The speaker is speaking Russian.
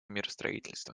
миростроительства